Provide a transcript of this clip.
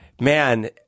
man